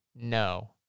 No